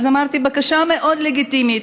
ואז אמרתי: בקשה מאוד לגיטימית.